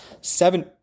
seven